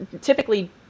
typically